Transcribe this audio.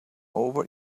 over